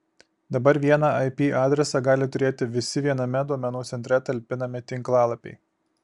dabar vieną ip adresą gali turėti visi viename duomenų centre talpinami tinklalapiai